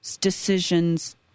decisions